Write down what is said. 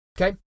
Okay